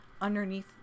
underneath